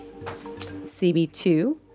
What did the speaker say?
CB2